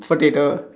potato